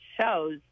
shows